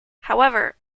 however